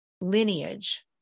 lineage